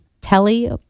Telly